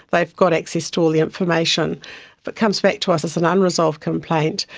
they've got access to all the information. if it comes back to us as an unresolved complaint,